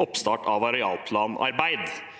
oppstart av arealplanarbeid.